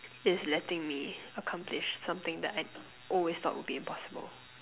is letting me accomplish me something that I always thought would be impossible